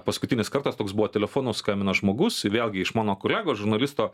paskutinis kartas toks buvo telefonu skambino žmogus vėlgi iš mano kolegos žurnalisto